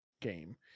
game